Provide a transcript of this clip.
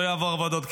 לא יעבור ועדות,